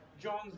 John's